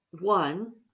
one